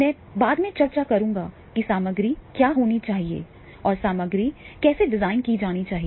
मैं बाद में चर्चा करूंगा कि सामग्री क्या होनी चाहिए और सामग्री कैसे डिज़ाइन की जानी चाहिए